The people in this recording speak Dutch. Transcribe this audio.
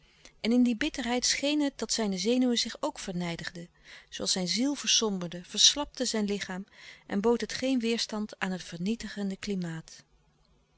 en in die bitterheid scheen het dat zijne zenuwen zich ook vernijdigden zooals zijn ziel versomberde verslapte zijn lichaam en bood het geen weêrstand aan het vernietigende klimaat